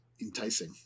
Enticing